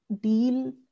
deal